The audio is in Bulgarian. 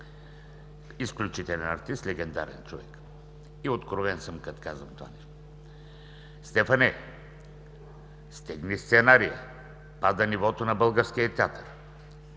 Изключителен артист, легендарен човек! И съм откровен, като казвам това. Стефане, стегни сценария! Пада нивото на българския театър.